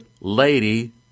Lady